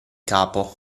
capo